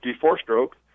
four-stroke